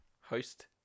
host